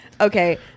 okay